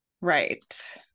right